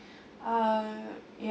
uh ya